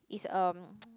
is um